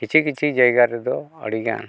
ᱠᱤᱪᱷᱩᱼᱠᱤᱪᱷᱩ ᱡᱟᱭᱜᱟ ᱨᱮᱫᱚ ᱟᱹᱰᱤᱜᱟᱱ